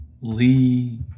Lee